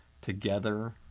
Together